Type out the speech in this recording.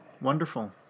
wonderful